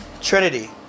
Trinity